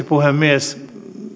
puhemies